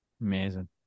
Amazing